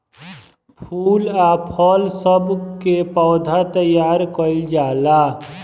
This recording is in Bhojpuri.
फूल आ फल सब के पौधा तैयार कइल जाला